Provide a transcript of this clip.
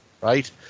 right